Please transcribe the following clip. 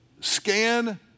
scan